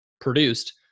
produced